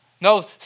no